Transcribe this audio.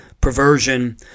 perversion